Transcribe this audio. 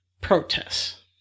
protests